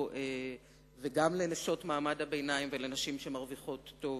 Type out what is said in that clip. גם לנשות מעמד הביניים וגם לנשים שמרוויחות טוב,